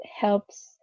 helps